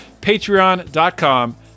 patreon.com